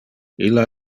illa